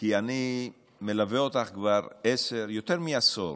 כי אני מלווה אותך כבר יותר מעשור,